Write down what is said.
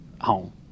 home